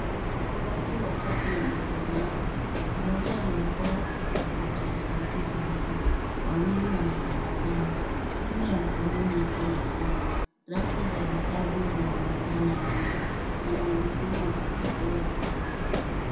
Watu watatu wenye ulemavu. Mmoja amevaa vipokea sauti vyeupe. Wawili wanatabasamu. Simu ya mkononi ipo mezani. Rafu za vitabu zinaonekana nyuma. Wanaonekana wakifurahia muda wao.